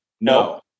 no